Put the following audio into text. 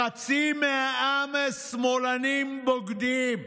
חצי מהעם שמאלנים בוגדים.